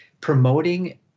Promoting